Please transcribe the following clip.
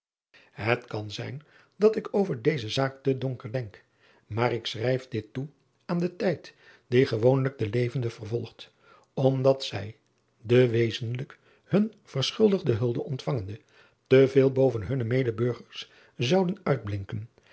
et kan zijn dat ik over deze zaak te donker denkt maar ik schrijf dit toe aan den nijd die gewoonlijk de levenden vervolgt omdat zij de wezenlijk hun verschuldigde hulde ontvangende te veel boven hunne medeburgers zouden uitblinken